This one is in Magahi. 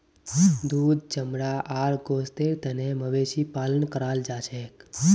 दूध चमड़ा आर गोस्तेर तने मवेशी पालन कराल जाछेक